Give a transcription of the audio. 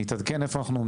נתעדכן איפה אנחנו עומדים.